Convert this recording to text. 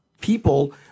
people